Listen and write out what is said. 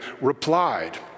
replied